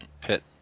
pit